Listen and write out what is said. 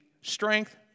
strength